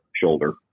shoulder